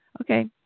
Okay